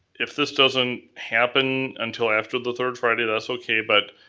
if this doesn't happen until after the third friday, that's okay, but,